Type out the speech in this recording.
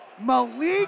Malik